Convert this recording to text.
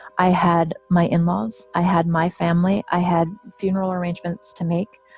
i had my in-laws. i had my family. i had funeral arrangements to make.